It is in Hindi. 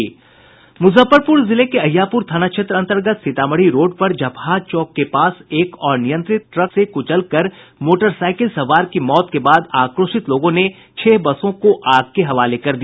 मुजफ्फरपुर जिले में अहियापुर थाना क्षेत्र अंतर्गत सीतामढ़ी रोड पर झपहा चौक के पास एक अनियंत्रित ट्रक से कुचल कर मोटरसाइकिल सवार की मौत के बाद आक्रोशित लोगों ने छह बसों को आग के हवाले कर दिया